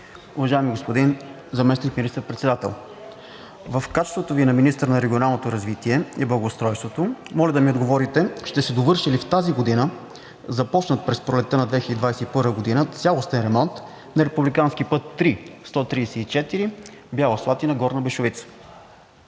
Уважаеми господин Заместник министър-председател, в качеството Ви на министър на регионалното развитие и благоустройството, моля да ми отговорите: ще се довърши ли в тази година започнат през пролетта на 2021 г. цялостен ремонт на републикански път III- 134 Бяла Слатина – Горна Бешовица?